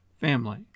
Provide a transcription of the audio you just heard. family